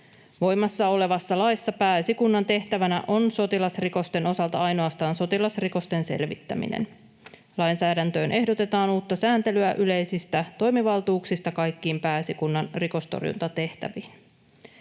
Voimassa olevassa laissa Pääesikunnan tehtävänä on sotilasrikosten osalta ainoastaan sotilasrikosten selvittäminen. Lainsäädäntöön ehdotetaan uutta sääntelyä yleisistä toimivaltuuksista kaikkiin Pääesikunnan rikostorjuntatehtäviin.